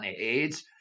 AIDS